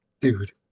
dude